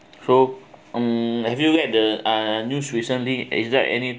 so mm I feel that the uh news recently is that any